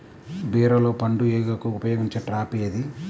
బీరలో పండు ఈగకు ఉపయోగించే ట్రాప్ ఏది?